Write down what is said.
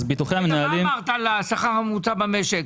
רגע, מה אמרת על השכר הממוצע במשק?